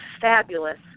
fabulous